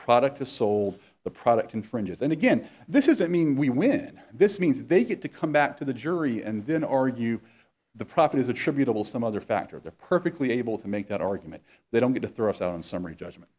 product to sold the product infringes then again this is i mean we win this means they get to come back to the jury and then argue the profit is attributable some other factor they're perfectly able to make that argument they don't get to thrown summary judgment